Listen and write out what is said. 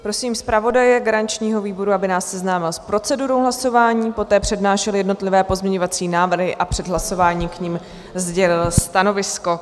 Prosím zpravodaje garančního výboru, aby nás seznámil s procedurou hlasování, poté přednášel jednotlivé pozměňovací návrhy a před hlasováním k nim sdělil stanovisko.